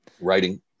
writing